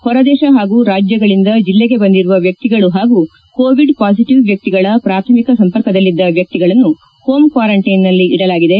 ಹೊರ ದೇಶ ಹಾಗೂ ರಾಜ್ಯಗಳಿಂದ ಜಿಲ್ಲೆಗೆ ಬಂದಿರುವ ವ್ಯಕ್ತಿಗಳು ಹಾಗೂ ಕೋವಿಡ್ ಪಾಸಿಟವ್ ವ್ಯಕ್ತಿಗಳ ಪ್ರಾಥಮಿಕ ಸಂಪರ್ಕದಲ್ಲಿದ್ದ ವ್ಯಕ್ತಿಗಳನ್ನು ಹೋಂ ಕ್ವಾರಂಟೈನ್ನಲ್ಲಿ ಇಡಲಾಗಿದೆ